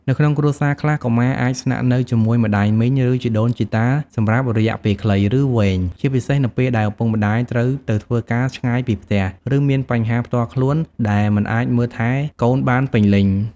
នៅក្នុងគ្រួសារខ្លះ កុមារអាចស្នាក់នៅជាមួយម្ដាយមីង ឬជីដូនជីតាសម្រាប់រយៈពេលខ្លី ឬវែង ជាពិសេសនៅពេលដែលឪពុកម្ដាយត្រូវទៅធ្វើការឆ្ងាយពីផ្ទះ ឬមានបញ្ហាផ្ទាល់ខ្លួនដែលមិនអាចមើលថែកូនបានពេញលេញ។